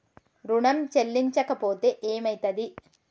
ఋణం చెల్లించకపోతే ఏమయితది?